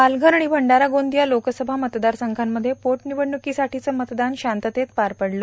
पालघर आणि भंडारा गोंदिया लोकसभा मतदारसंघामध्ये पोटनिवडणुकीसाठीचं मतदान शांततेत पार पडलं